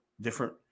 different